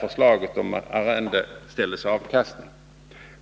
tas till arrendeställets avkastning.